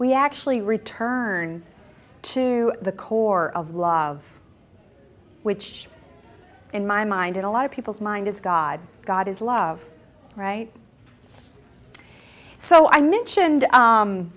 we actually return to the core of love which in my mind in a lot of people's mind is god god is love right so i mentioned